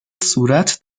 صورت